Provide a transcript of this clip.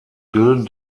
bilden